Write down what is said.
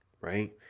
right